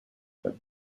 that